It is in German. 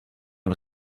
und